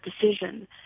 decision